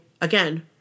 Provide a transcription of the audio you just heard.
again